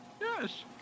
Yes